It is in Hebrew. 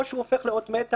או שהוא הופך לאות מתה,